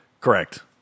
Correct